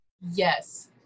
Yes